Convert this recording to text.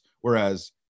Whereas